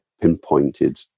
pinpointed